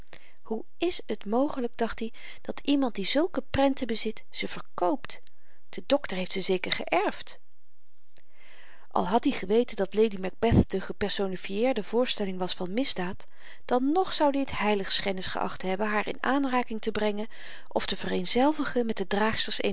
hoe is t mogelyk dacht i dat iemand die zulke prenten bezit ze verkoopt de dokter heeft ze zeker geërfd al had i geweten dat lady macbeth de gepersonifiëerde voorstelling was van misdaad dan nog zoud i t heiligschennis geacht hebben haar in aanraking te brengen of te vereenzelvigen met de draagsters